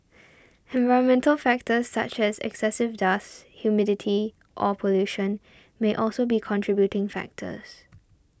environmental factors such as excessive dust humidity or pollution may also be contributing factors